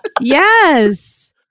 Yes